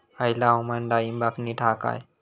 हयला हवामान डाळींबाक नीट हा काय?